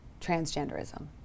transgenderism